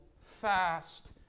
fast